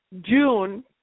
June